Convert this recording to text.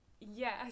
Yes